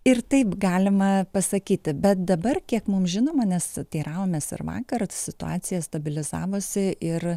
ir taip galima pasakyti bet dabar kiek mum žinoma nes teiravomės ir vakar situacija stabilizavosi ir